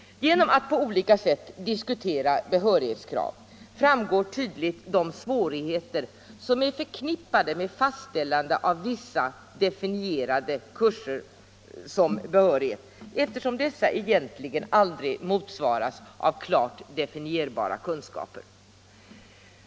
Genom att på olika sätt diskutera behörighetskrav framgår tydligt de svårigheter som är förknippade med fastställande av vissa definierade kurser, eftersom dessa aldrig motsvaras av klart definierbara kunskaper.